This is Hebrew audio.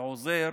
שעוזר